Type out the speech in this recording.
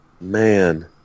Man